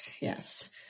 Yes